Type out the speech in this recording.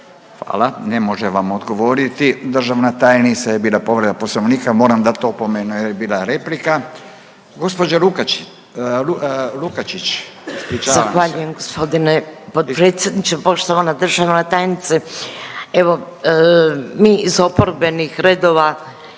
Hvala. Ne može vam odgovoriti državna tajnica, je bila povreda Poslovnika. Mora dat opomenu jer je bila replika. Gospođa Lukačić, ispričavam se. **Lukačić, Ljubica (HDZ)** Zahvaljujem gospodine potpredsjedniče, poštovana državna tajnice. Evo mi iz oporbenih redova